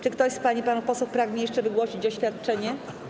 Czy ktoś z pań i panów posłów pragnie jeszcze wygłosić oświadczenie?